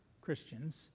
Christians